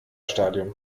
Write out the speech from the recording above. stadium